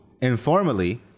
informally